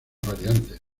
variantes